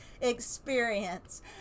experience